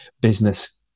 business